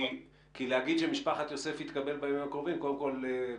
להגיד שמשפחת יוספי תקבל בימים הקרובים, קודם כל,